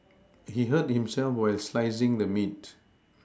he hurt himself while slicing the meat